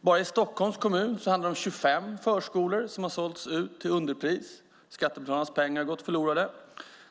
Bara i Stockholms kommun handlar det om 25 förskolor som sålts ut till underpris. Skattebetalarnas pengar har gått förlorade.